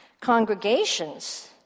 Congregations